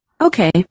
Okay